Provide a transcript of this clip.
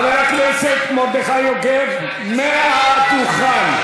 חבר הכנסת מרדכי יוגב, מהדוכן.